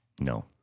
No